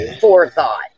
forethought